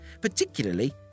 particularly